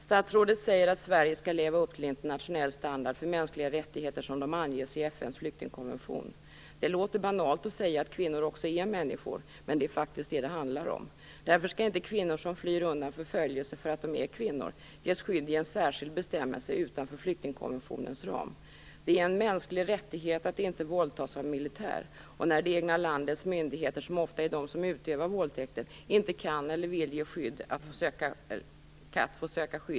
Statsrådet Schori säger att Sverige skall leva upp till internationell standard för mänskliga rättigheter som de anges i FN:s flyktingkonvention. Det låter banalt att säga att kvinnor också är människor, men det är faktiskt detta det handlar om. Därför skall inte kvinnor som flyr undan förföljelse därför att de är kvinnor ges skydd i en särskild bestämmelse utanför flyktingkonventionens ram. Det är en mänsklig rättighet att inte våldtas av militär och att få söka skydd i ett annat land när det egna landets myndigheter, som ofta är de som utövar våldtäkten, inte kan eller vill ge skydd.